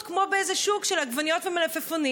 כמו באיזה שוק של עגבניות ומלפפונים.